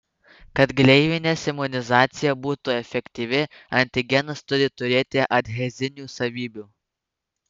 kad gleivinės imunizacija būtų efektyvi antigenas turi turėti adhezinių savybių